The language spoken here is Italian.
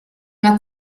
una